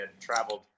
traveled